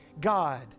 God